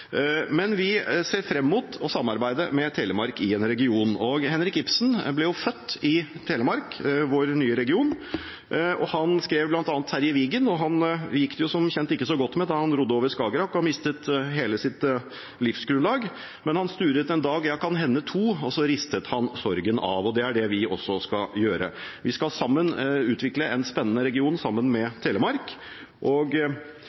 Men vi ser fram mot å samarbeide med Telemark i en region. Henrik Ibsen ble jo født i Telemark, vår nye region. Han skrev bl.a. Terje Vigen, og han gikk det som kjent ikke så godt med da han rodde over Skagerrak og mistet hele sitt livsgrunnlag. Men han «sturet en dag, ja kan hende to, og så ristet han sorgen av». Og det er det vi også skal gjøre. Vi skal utvikle en spennende region sammen med